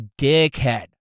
dickhead